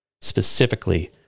specifically